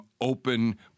open